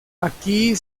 aquí